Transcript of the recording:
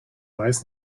weiß